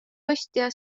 ostja